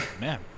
Man